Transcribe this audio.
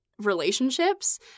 relationships